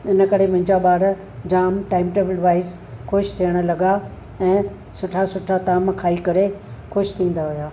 हिन करे मुंहिंजा ॿार जाम टाइम टेबल वाइस ख़ुशि थियणु लॻा ऐं सुठा सुठा ताम खाई करे ख़ुशि थींदा हुआ